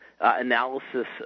analysis